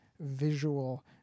visual